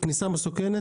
כניסה מסוכנת